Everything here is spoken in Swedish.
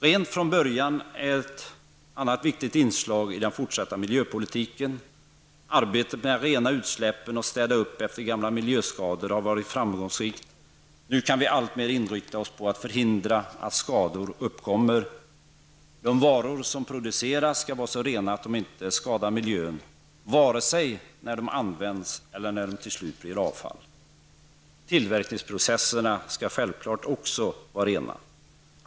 ''Rent från början'' är ett annat viktigt inslag i den fortsatta miljöpolitiken. Arbetet med att rena utsläppen och städa upp efter gamla miljöskador har varit framgångsrikt. Nu kan vi alltmer inrikta oss på att förhindra att skador uppkommer. De varor som produceras skall vara så rena att de inte skadar miljön, vare sig när de används eller när de till slut blir avfall. Tillverkningsprocesserna skall självklart också vara rena.